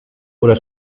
oder